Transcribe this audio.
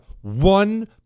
One